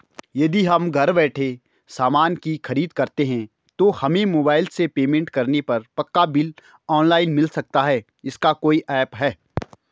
यदि हम घर बैठे सामान की खरीद करते हैं तो हमें मोबाइल से पेमेंट करने पर पक्का बिल ऑनलाइन मिल सकता है इसका कोई ऐप है